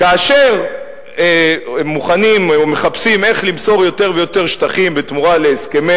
כאשר מוכנים או מחפשים איך למסור יותר ויותר שטחים בתמורה להסכמים